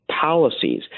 policies